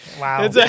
wow